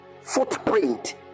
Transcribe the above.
footprint